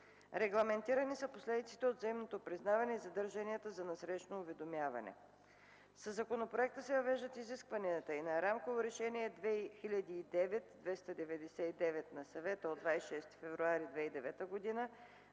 Регламентирани са последиците от взаимното признаване и задълженията за насрещно уведомяване. Със законопроекта се въвеждат изискванията и на Рамково решение 2009/299/ПВР на Съвета от 26 февруари 2009 г. за